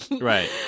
Right